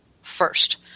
first